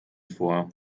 vor